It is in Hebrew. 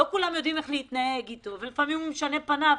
לא כולם יודעים איך להתנהג איתו ולפעמים הוא משנה את פניו,